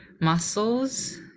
muscles